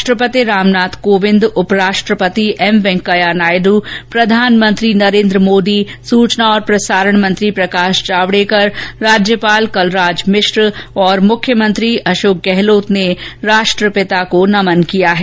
राष्ट्रपति रामनाथ कोविंद उप राष्ट्रपति एम वेंकैया नायड् प्रधानमंत्री नरेन्द्र मोदी सूचना और प्रसारण मंत्री प्रकाश जावडेकर राज्यपाल कलराज मिश्र और मुख्यमंत्री अशोक गहलोत ने राष्ट्रपिता महात्मा गांधी को नमन किया है